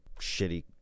shitty